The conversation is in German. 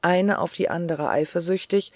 eine auf die andere eifersüchtig